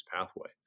pathway